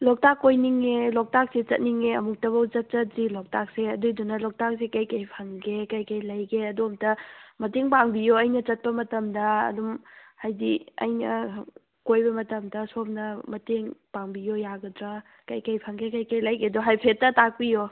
ꯂꯣꯛꯇꯥꯛ ꯀꯣꯏꯅꯤꯡꯉꯦ ꯂꯣꯛꯇꯥꯛꯁꯤ ꯆꯠꯅꯤꯡꯉꯦ ꯑꯃꯨꯛꯇꯐꯧ ꯆꯠꯆꯗ꯭ꯔꯤ ꯂꯣꯛꯇꯥꯛꯁꯦ ꯑꯗꯨꯗꯨꯅ ꯂꯣꯛꯇꯥꯛꯁꯦ ꯀꯩꯀꯩ ꯐꯪꯒꯦ ꯀꯩꯀꯩ ꯂꯩꯒꯦ ꯑꯗꯣ ꯑꯝꯇ ꯃꯇꯦꯡ ꯄꯥꯡꯕꯤꯌꯣ ꯑꯩꯅ ꯆꯠꯄ ꯃꯇꯝꯗ ꯑꯗꯨꯝ ꯍꯥꯏꯗꯤ ꯑꯩꯅ ꯀꯣꯏꯕ ꯃꯇꯝꯗ ꯁꯣꯝꯅ ꯃꯇꯦꯡ ꯄꯥꯡꯕꯤꯌꯣ ꯌꯥꯒꯗ꯭ꯔꯥ ꯀꯩꯀꯩ ꯐꯪꯒꯦ ꯀꯩꯀꯩ ꯂꯩꯒꯦꯗꯣ ꯍꯥꯏꯐꯦꯠꯇ ꯇꯥꯛꯄꯤꯌꯣ